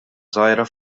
żgħira